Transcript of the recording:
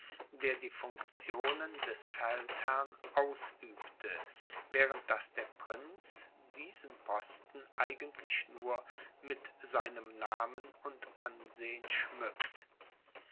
der die funktionen des feldherrn ausübt während daß der prinz diesen posten eigentlich nur mit seinem namen und ansehen schmückt